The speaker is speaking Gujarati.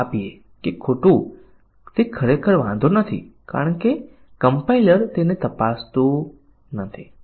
નિર્ણયના કવરેજમાં પરીક્ષણના કેસોની રચના એવી કરવામાં આવે છે કે દરેક શાખાની સ્થિતિ સાચી અને ખોટી કિંમતો ધારે છે